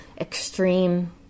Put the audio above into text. extreme